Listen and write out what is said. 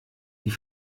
die